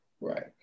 Right